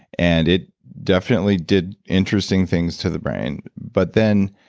and it definitely did interesting things to the brain but then,